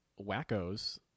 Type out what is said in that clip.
wackos